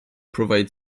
provide